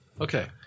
Okay